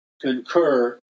concur